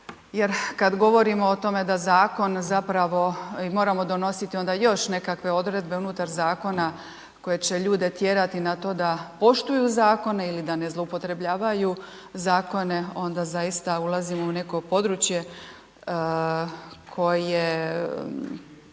jer kada govorimo o tome da zakon zapravo i moramo donositi još nekakve odredbe unutar zakona koje će ljude tjerati na to da poštuju zakone ili da ne zloupotrjebljavaju zakone onda zaista ulazimo u neko područje koje